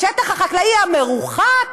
השטח החקלאי המרוחק